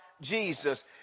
Jesus